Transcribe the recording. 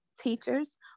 teachers